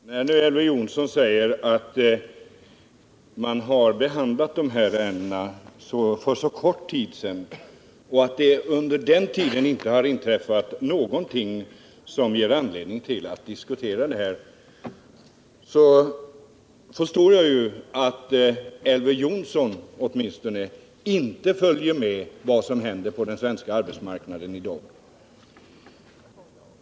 Herr talman! När Elver Jonsson säger att riksdagen har behandlat det här ärendet för så kort tid sedan att det därefter inte har inträffat någonting som ger anledning till att diskutera det igen, förstår jag att åtminstone han inte följer med vad som händer på den svenska arbetsmarknaden i dag.